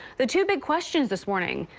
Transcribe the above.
the two big questions this morning,